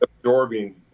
absorbing